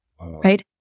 right